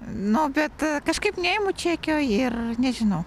na bet kažkaip neimu čekio ir nežinau